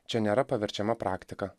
čia nėra paverčiama praktika